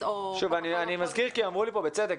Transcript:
אני מזכיר כי אמרו לי פה בצדק.